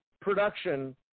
production